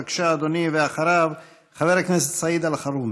בבקשה, אדוני, ואחריו, חבר הכנסת סעיד אלחרומי.